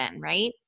right